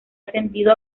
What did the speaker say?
ascendido